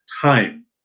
time